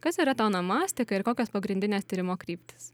kas yra ta onomastika ir kokios pagrindinės tyrimo kryptys